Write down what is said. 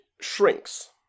shrinks